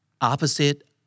Opposite